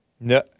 No